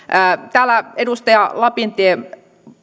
täällä edustaja lapintie